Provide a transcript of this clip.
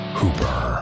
Hooper